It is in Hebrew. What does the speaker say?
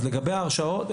לגבי ההרשעות,